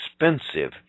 expensive